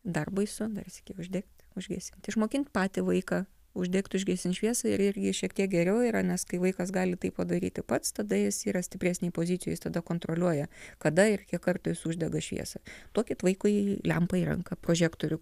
dar baisu dar sykį uždegti užgesinti išmokinti patį vaiką uždegt užgesint šviesą ir irgi šiek tiek geriau yra nes kai vaikas gali tai padaryti pats tada jis yra stipresnėj pozicijoj jis tada kontroliuoja kada ir kiek kartų jis uždega šviesą duokit vaikui lempą į ranką prožektorių